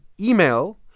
email